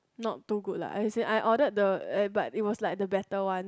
not too good lah as in I ordered the eh but it was like the better ones